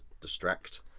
distract